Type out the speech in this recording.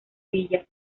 villa